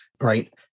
right